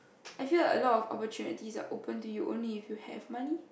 I feel that a lot of opportunities are open to you only if you have money